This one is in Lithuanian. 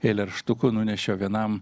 eilėraštukų nunešiau vienam